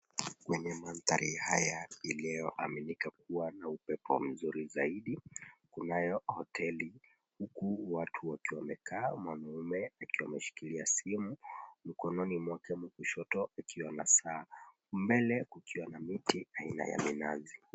Kwenye maandhari haya iliyoaminika kuwa na upepo mzuri zaidi kunayo hoteli huku watu wakiwa wamekaa mwanaume akiwa ameshikilia simu mkononi mwake wa kushoto akiwa na saa ,mbele kukiwa na miti aina ya minazi.